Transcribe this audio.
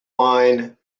line